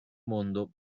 mondo